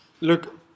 look